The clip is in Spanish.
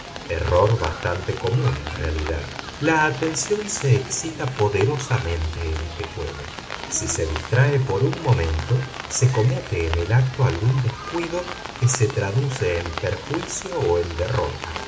error bastante común en realidad la atención se excita poderosamente en este juego si se distrae por un momento se comete en el acto algún descuido que se traduce en perjuicio o en derrota